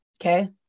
okay